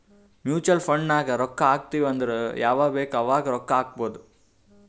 mutual fund ನಾಗ್ ರೊಕ್ಕಾ ಹಾಕ್ತಿವ್ ಅಂದುರ್ ಯವಾಗ್ ಬೇಕ್ ಅವಾಗ್ ಹಾಕ್ಬೊದ್